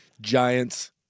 Giants